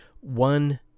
one